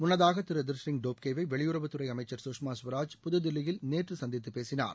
முன்னதாக திரு திஷ்ரிங் டோப்கேவை வெளியுறவுத்துறை அமைச்சர் சுஷ்மா சுவராஜ் புதுதில்லியில் நேற்று சந்தித்து பேசினார்